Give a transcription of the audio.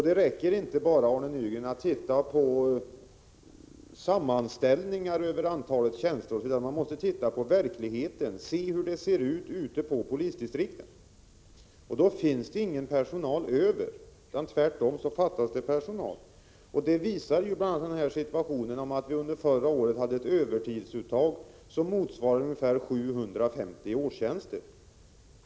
Det räcker inte, Arne Nygren, att bara titta på sammanställningar över antalet tjänster osv., utan man måste också titta på verkligheten, se hur det ser ut på polisdistrikten. Då finns det ingen personal över, utan tvärtom fattas det personal. Det visar bl.a. det förhållandet att vi under förra året hade ett övertidsuttag som motsvarade ungefär 750 årstjänster.